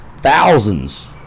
thousands